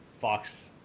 Fox